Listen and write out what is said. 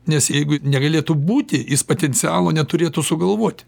nes jeigu negalėtų būti jis potencialo neturėtų sugalvoti